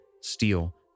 steel